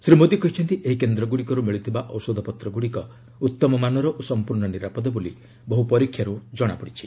ଶ୍ରୀ ମୋଦି କହିଛନ୍ତି ଏହି କେନ୍ଦ୍ରଗୁଡ଼ିକରୁ ମିଳୁଥିବା ଔଷଧପତ୍ରଗୁଡ଼ିକ ଉତ୍ତମ ମାନର ଓ ସମ୍ପର୍ଭ ନିରାପଦ ବୋଲି ବହୁ ପରୀକ୍ଷାରୁ ଜଣାପଡ଼ିଛି